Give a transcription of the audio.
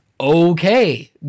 Okay